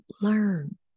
learn